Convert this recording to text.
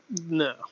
No